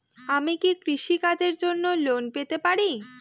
আমি কি কৃষি কাজের জন্য লোন পেতে পারি?